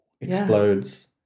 explodes